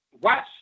watch